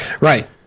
Right